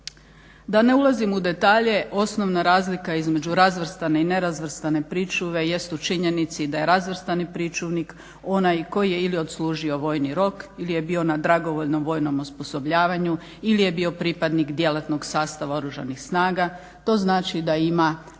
Da ne ulazim u detalje osnovna razlika između razvrstane i nerazvrstane pričuve jest u činjenici da je razvrstani pričuvnik onaj koji je ili odslužio vojni rok ili je bio na dragovoljnom vojnom osposobljavanju ili je bio pripadnik djelatnog sastava Oružanih snaga. To znači da ima potrebna znanja